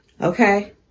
Okay